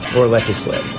or legislate